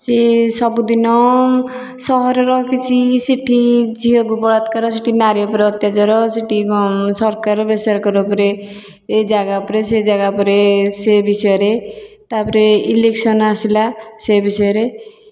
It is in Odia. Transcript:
ସେ ସବୁଦିନ ସହରର କିଛି ସିଟି ଝିଅକୁ ବଳାତ୍କାର ସେଇଠି ନାରୀ ଉପରେ ଅତ୍ୟାଚାର ସେଇଠି କ'ଣ ସରକାର ବେସରକାର ଉପରେ ଜାଗା ଉପରେ ସେ ଜାଗା ଉପରେ ସେ ବିଷୟରେ ତା'ପରେ ଇଲେକ୍ସନ୍ ଆସିଲା ସେ ବିଷୟରେ